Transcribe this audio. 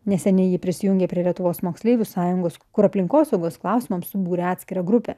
neseniai ji prisijungė prie lietuvos moksleivių sąjungos kur aplinkosaugos klausimams subūrė atskirą grupę